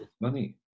money